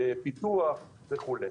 פיתוח וכולי.